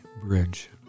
bridge